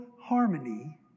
harmony